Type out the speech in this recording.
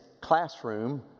classroom